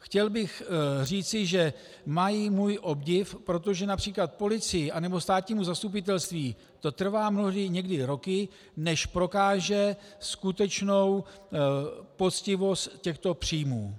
Chtěl bych říci, že mají můj obdiv, protože například policii nebo státnímu zastupitelství to trvá mnohdy někdy i roky, než prokáže skutečnou poctivost těchto příjmů.